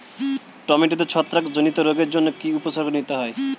টমেটোতে ছত্রাক জনিত রোগের জন্য কি উপসর্গ নিতে হয়?